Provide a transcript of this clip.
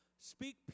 Speak